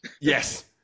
Yes